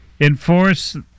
enforce